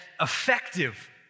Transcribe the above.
effective